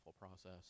process